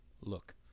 look